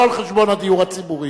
לא על חשבון הדיור הציבורי.